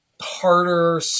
harder